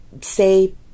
say